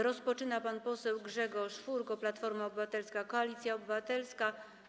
Rozpoczyna pan poseł Grzegorz Furgo, Platforma Obywatelska - Koalicja Obywatelska.